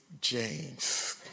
James